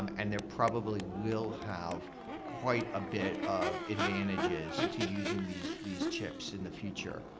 and there probably will have quite a bit of advantages to using these these chips in the future.